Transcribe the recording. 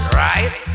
right